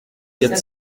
quatre